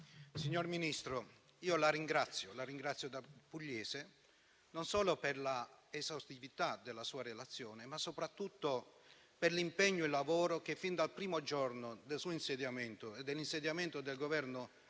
signor Ministro, la ringrazio da pugliese, non solo per l'esaustività della sua relazione, ma soprattutto per l'impegno e il lavoro che fin dal primo giorno del suo insediamento e dell'insediamento del governo